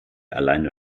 alleine